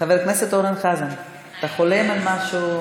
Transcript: חבר הכנסת אורן חזן, אתה חולם על משהו?